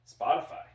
Spotify